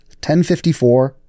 1054